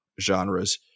genres